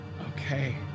okay